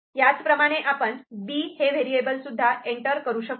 आपण B variable सुद्धा enter करू शकतो